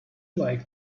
like